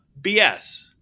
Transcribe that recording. BS